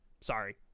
Sorry